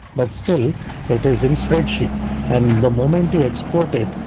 but still it is in spreadsheet and the moment you export it,